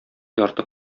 ярты